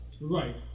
Right